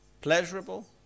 pleasurable